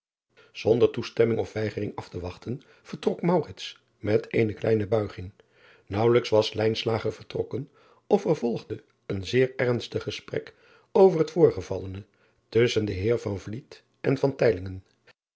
onder toestemming of weigering af te wachten vertrok met eene kleine buiging aauwelijks was vertrokken of er volgde een zeer ernstig gesprek over het voorgevallene tusschen den eer en